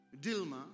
Dilma